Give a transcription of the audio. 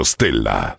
Stella